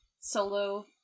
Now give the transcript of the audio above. solo